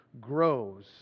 grows